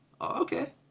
Okay